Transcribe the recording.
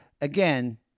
Again